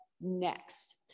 next